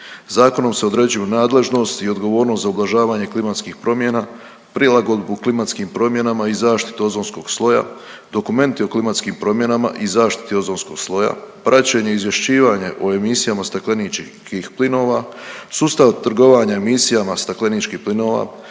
Zakonom se određuju nadležnost i odgovornost za ublažavanje klimatskih promjena, prilagodbu klimatskim promjenama i zaštitu ozonskog sloja, dokumenti o klimatskim promjenama i zaštiti ozonskog sloja, praćenje i izvješćivanje o emisijama stakleničkih plinova, sustav trgovanja emisijama stakleničkih plinova,